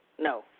No